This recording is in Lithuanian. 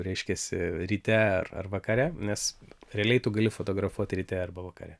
reiškiasi ryte ar ar vakare nes realiai tu gali fotografuot ryte arba vakare